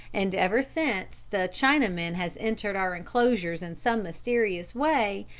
and ever since the chinaman has entered our enclosures in some mysterious way,